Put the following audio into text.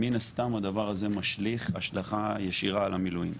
מן הסתם הדבר הזה משליך השלכה ישירה על המילואים.